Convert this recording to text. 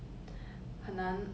ya 没有时间